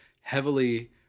heavily